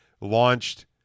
launched